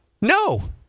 No